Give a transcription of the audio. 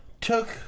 took